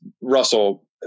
Russell